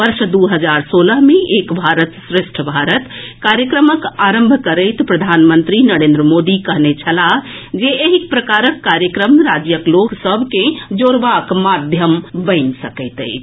वर्ष दू हजार सोलह मे एक भारत श्रेष्ठ भारत कार्यक्रमक आरंभ करैत प्रधानमंत्री नरेन्द्र मोदी कहने छलाह जे एहि प्रकारक कार्यक्रम राज्यक लोक सभ के जोड़बाक माध्यम बनि सकैत अछि